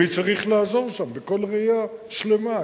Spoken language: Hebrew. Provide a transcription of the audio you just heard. למי צריך לעזור שם בכל ראייה שלמה.